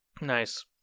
Nice